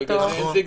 בגלל זה אין זיג-זג.